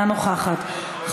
אינה נוכחת,